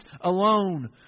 alone